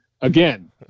again